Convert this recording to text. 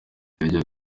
iryo